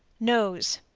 nose.